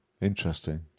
Interesting